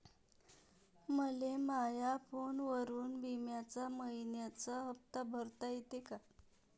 मले माया फोनवरून बिम्याचा मइन्याचा हप्ता भरता येते का?